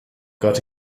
got